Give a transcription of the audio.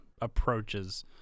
approaches